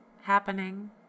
happening